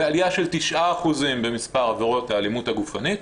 ועליה של 9% במספר עבירות האלימות הגופנית.